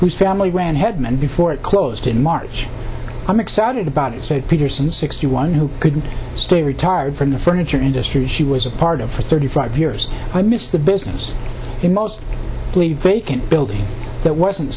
whose family ran headman before it closed in march i'm excited about it said peterson sixty one who couldn't stay retired from the furniture industry she was a part of for thirty five years i miss the business in most vacant building that wasn't